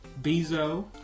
Bezo